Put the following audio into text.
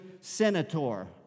senator